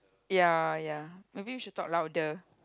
ya ya maybe we should talk louder